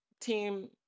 team